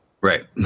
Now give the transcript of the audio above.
Right